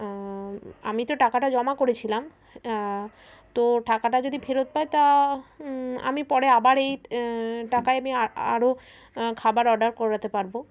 আমি তো টাকাটা জমা করেছিলাম তো টাকাটা যদি ফেরত পায় তা আমি পরে আবার এই টাকায় আমি আরও খাবার অর্ডার করাতে পারবো